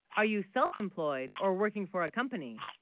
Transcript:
are you self-employed or working for a company